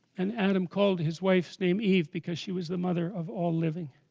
and adam called, his wife's name eve because she was the mother of all living?